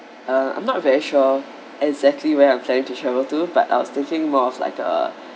uh I'm not very sure exactly where I'm planning to travel to but I was thinking more of like a